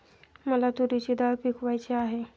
मला तूरीची डाळ पिकवायची आहे